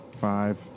five